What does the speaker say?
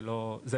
זה לא הבעיה.